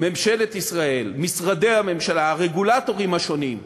ממשלת ישראל, משרדי הממשלה, הרגולטורים השונים,